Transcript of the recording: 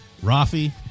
Rafi